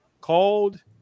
called